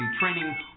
training